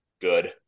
good